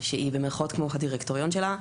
שהיא במירכאות כמו הדירקטוריון שלה,